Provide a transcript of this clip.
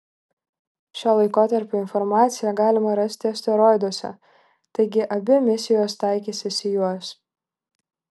šio laikotarpio informaciją galima rasti asteroiduose taigi abi misijos taikysis į juos